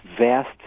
vast